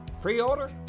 Pre-order